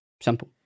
Simple